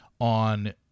on